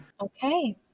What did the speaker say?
Okay